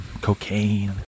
Cocaine